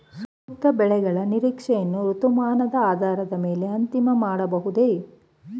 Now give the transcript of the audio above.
ಸೂಕ್ತ ಬೆಳೆಗಳ ನಿರೀಕ್ಷೆಯನ್ನು ಋತುಮಾನದ ಆಧಾರದ ಮೇಲೆ ಅಂತಿಮ ಮಾಡಬಹುದೇ?